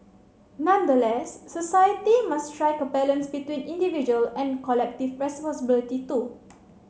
nonetheless society must strike a balance between individual and collective responsibility too